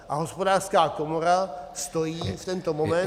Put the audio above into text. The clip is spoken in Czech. A Hospodářská komora stojí v tento moment